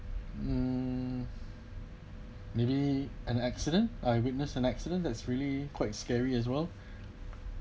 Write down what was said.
mm maybe an accident eyewitness an accident that's really quite scary as well